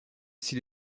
s’il